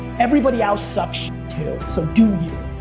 everybody else sucks too, so do you.